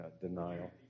denial